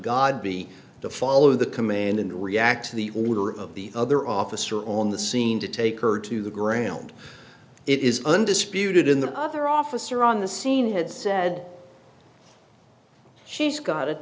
godby to follow the command and to react to the order of the other officer on the scene to take her to the ground it is undisputed in the other officer on the scene had said she's got a